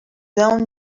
own